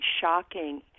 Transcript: shocking